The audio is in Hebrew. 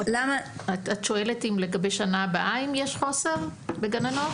את שואלת אם לגבי שנה הבאה אם יש חוסר בגננות?